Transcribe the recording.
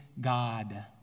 God